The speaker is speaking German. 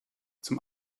zum